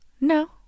No